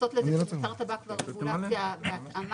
מתייחסות לזה כאל מוצר טבק והרגולציה בהתאמה.